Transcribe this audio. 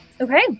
Okay